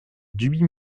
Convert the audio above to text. duby